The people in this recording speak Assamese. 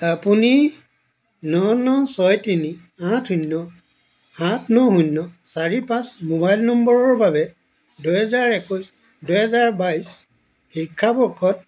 আপুনি ন ন ছয় তিনি আঠ শূন্য সাত ন শূন্য চাৰি পাঁচ মোবাইল নম্বৰৰ বাবে দুহেজাৰ একৈছ দুহেজাৰ বাইছ শিক্ষাবৰ্ষত